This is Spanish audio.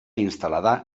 instalada